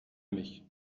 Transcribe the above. mich